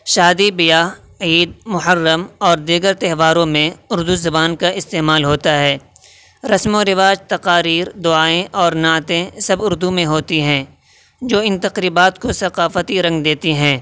شادی بیاہ عید محرم اور دیگر تہواروں میں اردو زبان کا استعمال ہوتا ہے رسم و رواج تقاریر دعائیں اور نعتیں سب اردو میں ہوتی ہیں جو ان تقریبات کو ثقافتی رنگ دیتی ہیں